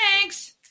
Thanks